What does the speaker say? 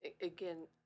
again